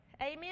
Amen